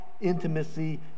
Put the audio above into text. intimacy